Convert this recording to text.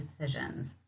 decisions